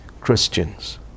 Christians